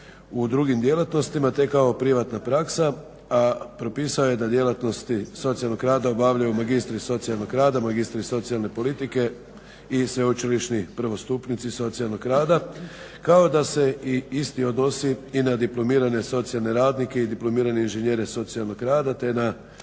u drugim djelatnostima te kao privatna praksa, a propisao je da djelatnosti socijalnog rada obavljaju magistri socijalnog rada, magistri socijalne politike i sveučilišni prvostupnici socijalnog rada, kao da se isti odnosi i na diplomirane socijalne radnike i diplomirane inženjere socijalnog rada te na